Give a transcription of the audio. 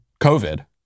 covid